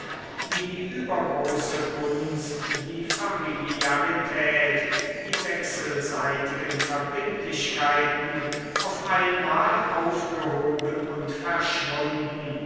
wie die übergroße gunst die familiarität die wechselseitigen verbindlichkeiten auf einmal aufgehoben und verschwunden